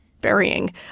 burying